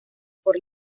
por